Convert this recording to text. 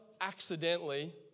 accidentally